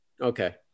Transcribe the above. okay